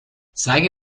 zeige